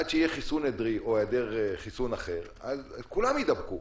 עד שיהיה חיסון עדרי או היעדר חיסון אחר אז כולם יידבקו.